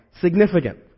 significant